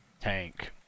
tank